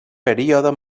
període